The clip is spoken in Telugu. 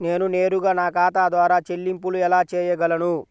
నేను నేరుగా నా ఖాతా ద్వారా చెల్లింపులు ఎలా చేయగలను?